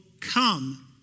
come